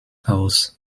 aus